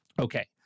Okay